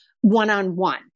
one-on-one